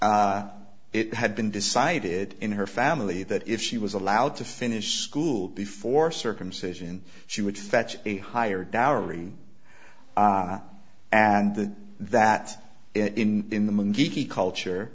it had been decided in her family that if she was allowed to finish school before circumcision she would fetch a higher dowry and the that in in the mungiki culture